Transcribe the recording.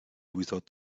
without